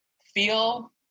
feel